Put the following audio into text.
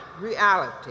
reality